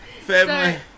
Family